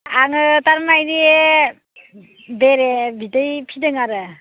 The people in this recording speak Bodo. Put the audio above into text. आङो थारमाने बेरे बिदै फिसिदों आरो